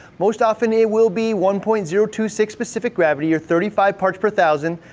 most often it will be one point zero two six specific gravity or thirty five parts per thousand,